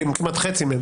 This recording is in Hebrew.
כי הם כמעט חצי מהם.